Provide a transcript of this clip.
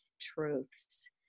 truths